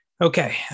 Okay